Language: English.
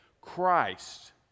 Christ